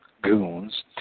goons